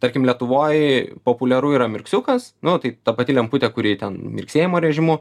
tarkim lietuvoj populiaru yra mirksiukas nu tai ta pati lemputė kuri ten mirksėjimo režimu